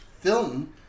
film